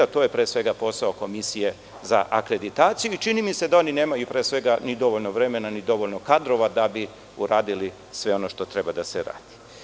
To je pre svega posao Komisije za akreditaciju i čini mi se da oni nemaju ni dovoljno vremena ni dovoljno kadrova da bi uradili sve ono što treba da se radi.